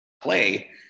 play